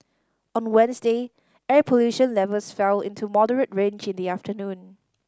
on Wednesday air pollution levels fell into moderate range in the afternoon